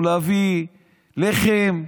או להביא לחם.